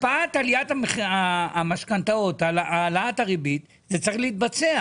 הקפאת עליית הריבית על המשכנתאות צריכה להתבצע.